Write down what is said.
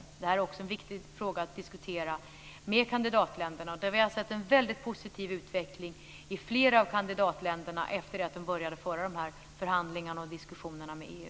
Det här är en viktig fråga att diskutera med kandidatländerna. Vi har sett en väldigt positiv utveckling i flera av kandidatländerna efter det att de började föra förhandlingarna och diskussionerna med EU.